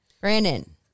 Brandon